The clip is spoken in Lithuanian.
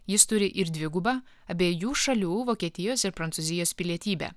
jis turi ir dvigubą abiejų šalių vokietijos ir prancūzijos pilietybę